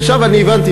עכשיו אני הבנתי,